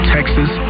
Texas